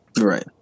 right